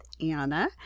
Anna